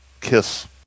kiss